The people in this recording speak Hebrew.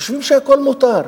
חושבים שהכול מותר,